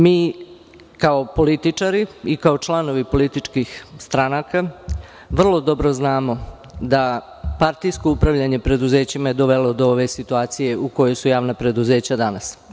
Mi, kao političari i kao članovi političkih stranaka, vrlo dobro znamo da je partijsko upravljanje u preduzećima dovelo do ove situacije u kojoj su javna preduzeća danas.